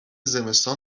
زمستان